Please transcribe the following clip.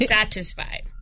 satisfied